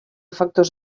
factors